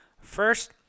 first